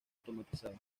automatizado